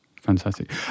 Fantastic